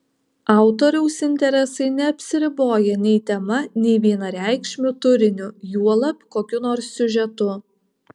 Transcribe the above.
autoriaus interesai neapsiriboja nei tema nei vienareikšmiu turiniu juolab kokiu nors siužetu